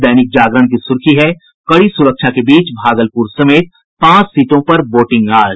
दैनिक जागरण की सुर्खी है कड़ी सुरक्षा के बीच भागलपुर समेत पांच सीटों पर वोटिंग आज